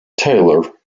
tailor